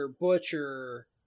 butcher